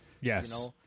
Yes